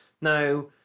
Now